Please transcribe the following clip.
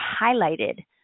highlighted